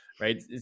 right